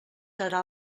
serà